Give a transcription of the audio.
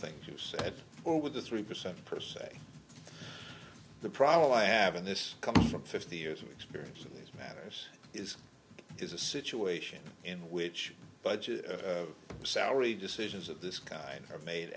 things you said or with the three percent per say the problem i have and this comes from fifty years of experience in these matters is is a situation in which budget salary decisions of this kind of made